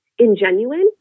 ingenuine